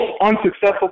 unsuccessful